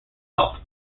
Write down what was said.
sought